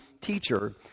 teacher